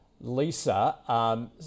lisa